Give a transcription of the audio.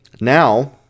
Now